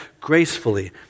gracefully